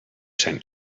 zijn